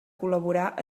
col·laborar